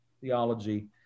theology